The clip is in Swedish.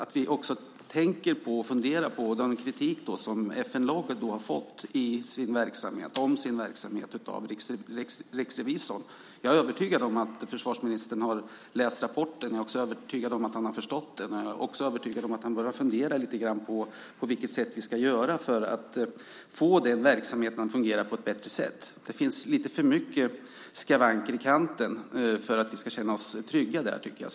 Vi ska också tänka och fundera på den kritik som FM Log har fått om sin verksamhet av riksrevisorn. Jag är övertygad om att försvarsministern har läst rapporten. Jag är också övertygad om att han har förstått den. Jag är också övertygad om att han har börjat fundera lite grann på hur vi ska göra för att få verksamheten att fungera på ett bättre sätt. Det finns lite för mycket skavanker i kanten för att vi ska känna oss trygga där.